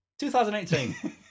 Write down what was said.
2018